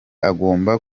agomba